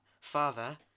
Father